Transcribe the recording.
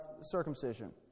circumcision